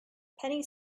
penny